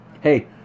hey